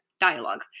dialogue